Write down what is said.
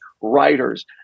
writers